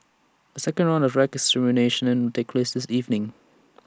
A second round of rat extermination will take evening